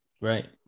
Right